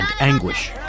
anguish